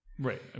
Right